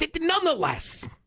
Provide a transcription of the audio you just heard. nonetheless